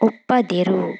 ಒಪ್ಪದಿರು